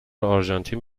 آرژانتین